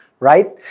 right